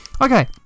Okay